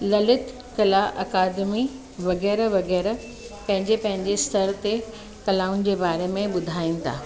ललित कला अकादमी वग़ैरह वग़ैरह पंहिंजे पंहिंजे स्तर ते कलाउनि जे बारे में ॿुधाईंदा